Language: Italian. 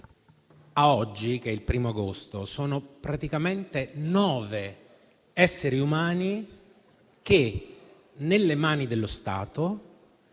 A oggi, che è il 1° agosto, sono praticamente nove esseri umani al mese, che nelle mani dello Stato